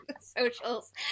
socials